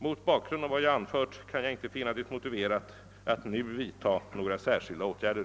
Mot bakgrund av vad jag anfört kan jag inte finna det motiverat att nu vidta några särskilda åtgärder.